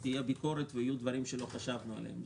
תהיה ביקורת ויהיו דברים שלא חשבנו עליהם,